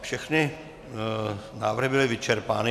Všechny návrhy byly vyčerpány.